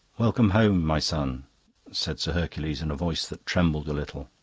welcome home, my son said sir hercules in a voice that trembled a little.